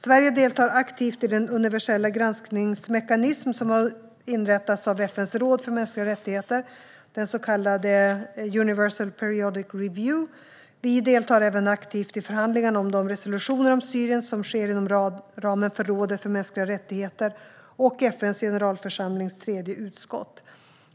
Sverige deltar aktivt i den universella granskningsmekanism som har inrättats av FN:s råd för mänskliga rättigheter, det så kallade Universal Periodic Review. Vi deltar även aktivt i förhandlingarna om de resolutioner om Syrien som sker inom ramen för rådet för mänskliga rättigheter och FN:s generalförsamlings tredje utskott.